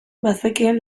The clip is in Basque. bazekien